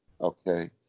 okay